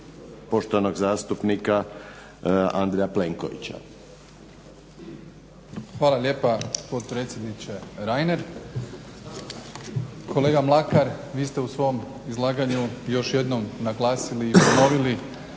poštovanog zastupnika Andreja Plenkovića. **Plenković, Andrej (HDZ)** Hvala lijepa potpredsjedniče Reiner. Kolega Mlakar, vi ste u svom izlaganju još jednom naglasili i …/Govornik